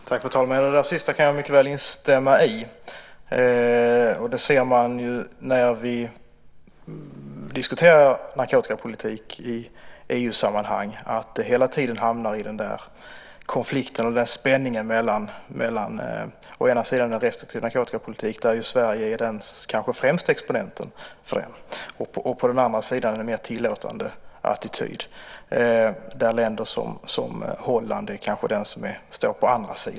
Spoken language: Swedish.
Fru talman! Det sista kan jag mycket väl instämma i. Vi ser ju när vi diskuterar narkotikapolitik i EU-sammanhang att vi hela tiden hamnar i konflikten och spänningen mellan å ena sidan en restriktiv narkotikapolitik, som ju Sverige kanske är den främsta exponenten för, och å andra sidan en mer tillåtande attityd, som länder som Holland intar.